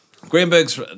Greenberg's